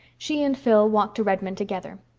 she and phil walked to redmond together.